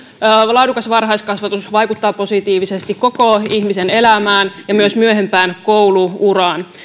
laadukas varhaiskasvatus vaikuttaa positiivisesti ihmisen koko elämään ja myös myöhempään koulu uraan myös